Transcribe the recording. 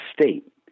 state